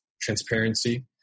transparency